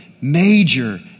major